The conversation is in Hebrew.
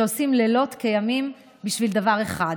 שעושים לילות כימים בשביל דבר אחד: